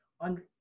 on